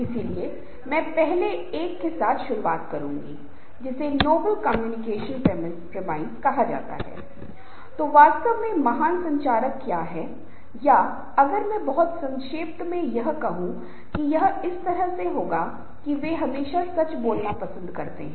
जैसा कि मैंने पहले उल्लेख किया है कि संघर्षों को हमेशा कुछ बहुत नकारात्मक नहीं देखा जाना चाहिए इसका इलाज भी किया जा सकता है या कुछ सकारात्मक देखा जा सकता है क्योंकि संघर्षों के माध्यम से हमारे मतभेदों के माध्यम से हम कुछ बहुत अच्छे विचारों के साथ आ सकते हैं